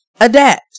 adapt